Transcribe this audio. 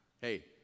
Hey